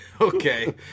Okay